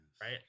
Right